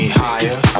higher